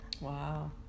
Wow